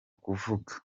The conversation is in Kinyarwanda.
kuvuga